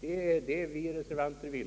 Det är detta vi reservanter vill.